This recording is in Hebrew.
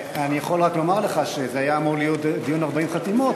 אני יכול רק לומר לך שזה היה אמור להיות דיון 40 חתימות,